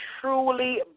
truly